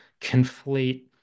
conflate